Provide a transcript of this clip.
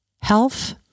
Health